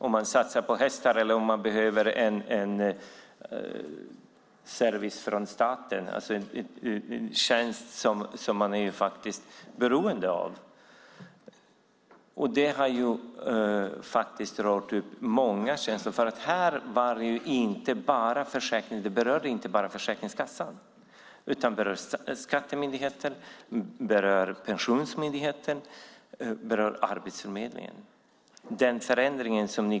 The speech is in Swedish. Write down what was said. Det är inte samma sak att satsa på hästar som att behöva service från staten - en tjänst som man är beroende av. Detta har rört upp många känslor. Den förändring som ni föreslog berörde inte bara Försäkringskassan utan också Skatteverket, Pensionsmyndigheten och Arbetsförmedlingen.